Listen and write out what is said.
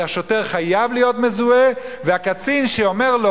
שהרי שוטר חייב להיות מזוהה והקצין שאומר לו